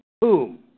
boom